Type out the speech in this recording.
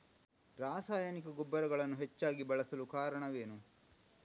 ರಾಸಾಯನಿಕ ಗೊಬ್ಬರಗಳನ್ನು ಹೆಚ್ಚಾಗಿ ಬಳಸಲು ಕಾರಣವೇನು?